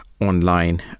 online